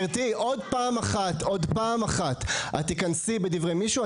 עוד פעם אחת את תיכנסי בדברי מישהו,